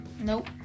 Nope